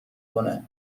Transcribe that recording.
کنه